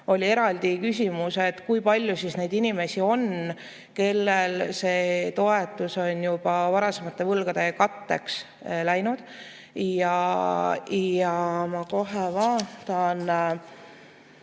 Oli eraldi küsimus, kui palju siis neid inimesi on, kellel see toetus on juba varasemate võlgade katteks läinud. Ja ma kohe vaatan.